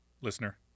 Listener